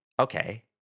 Okay